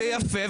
ויפה,